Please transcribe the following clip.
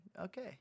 okay